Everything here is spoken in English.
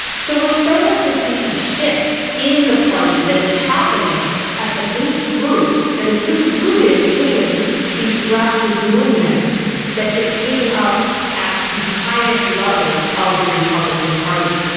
so we are starting to see a shift in the party that is happening at the base roots, that is really rooted in these grassroots movements that get taken up at the highest levels of the republican republican party.